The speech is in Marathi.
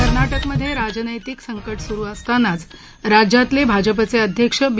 कर्नाटकमध्ये राजनैतिक संकट सुरु असतानाच राज्यातले भाजपचे अध्यक्ष बी